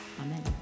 Amen